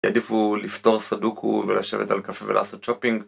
יעדיפו לפתור סודוקו ולשבת על קפה ולעשות שופינג.